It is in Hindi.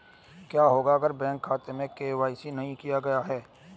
क्या होगा अगर बैंक खाते में के.वाई.सी नहीं किया गया है?